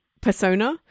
persona